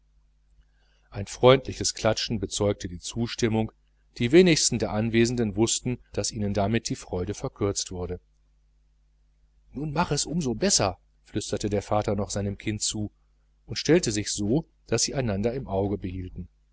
ein freundliches klatschen bezeugte die zustimmung die wenigsten der anwesenden wußten daß ihnen damit die freude verkürzt wurde nun mach es um so besser flüsterte der vater noch seinem kind zu und stellte sich so daß sie einander im auge behielten